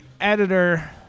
editor